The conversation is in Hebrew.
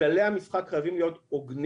כללי המשחק חייבים להיות הוגנים.